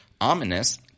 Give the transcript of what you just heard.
ominous